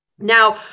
Now